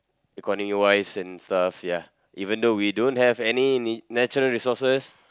economy wise and stuff ya even though we don't have any ni~ natural resources